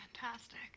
fantastic